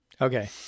Okay